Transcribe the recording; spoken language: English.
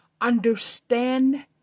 Understand